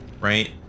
Right